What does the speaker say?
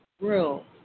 room